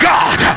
God